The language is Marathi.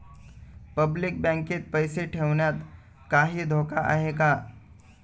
पब्लिक बँकेत पैसे ठेवण्यात काही धोका आहे का?